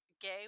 gay